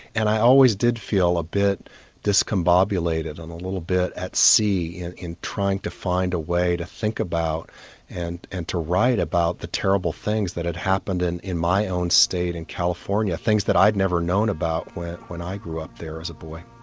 and i always did feel a bit discombobulated, and a little bit at sea in in trying to find a way to think about and and to write about the terrible things that had happened in in my own state in california. things that i'd never known about when when i grew up there as a boy.